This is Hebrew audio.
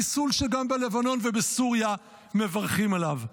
חיסול שגם בלבנון ובסוריה מברכים עליו.